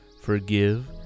Forgive